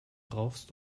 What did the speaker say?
brauchst